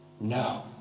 No